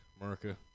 America